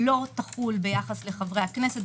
לא תחול ביחס לחברי הכנסת,